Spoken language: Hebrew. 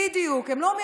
גם את שמנו,